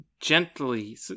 gently